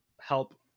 help